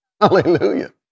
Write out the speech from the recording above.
Hallelujah